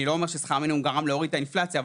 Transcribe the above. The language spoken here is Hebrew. אני לא אומר ששכר המינימום גרם להוריד את האינפלציה,